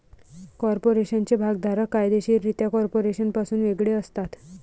कॉर्पोरेशनचे भागधारक कायदेशीररित्या कॉर्पोरेशनपासून वेगळे असतात